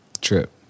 Trip